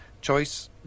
Choice